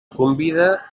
convida